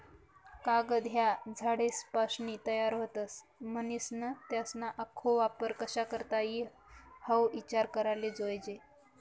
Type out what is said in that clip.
कागद ह्या झाडेसपाशीन तयार व्हतस, म्हनीसन त्यासना आखो वापर कशा करता ई हाऊ ईचार कराले जोयजे